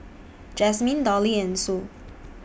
Jazmine Dolly and Sue